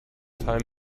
time